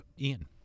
Ian